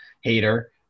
hater